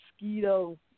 mosquito